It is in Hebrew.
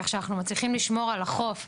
כך שאנחנו מצליחים לשמור על החוף,